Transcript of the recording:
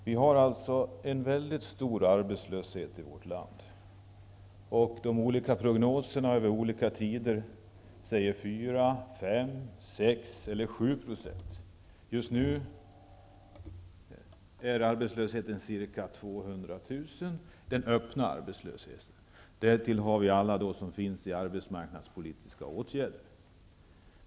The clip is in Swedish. Fru talman! Vi har en mycket stor arbetslöshet i vårt land. Olika prognoser har vid olika tillfällen sagt 4 %, 5 %, 6 % eller 7 %. Just nu är antalet arbetslösa ca 200 000 personer. Det är den öppna arbetslösheten. Därtill har vi alla som finns i arbetsmarknadspolitiska åtgärder.